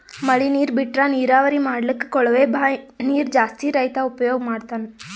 ಮಳಿ ನೀರ್ ಬಿಟ್ರಾ ನೀರಾವರಿ ಮಾಡ್ಲಕ್ಕ್ ಕೊಳವೆ ಬಾಂಯ್ ನೀರ್ ಜಾಸ್ತಿ ರೈತಾ ಉಪಯೋಗ್ ಮಾಡ್ತಾನಾ